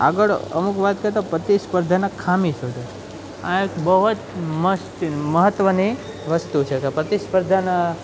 આગળ અમુક વાત કરીએ તો પ્રતિસ્પર્ધાના ખામી શોધો આ એક બહુ જ મસ્ત મહત્ત્વની વસ્તુ છે પ્રતિસ્પર્ધાના